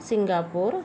Singapore